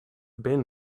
been